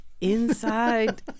inside